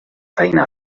feina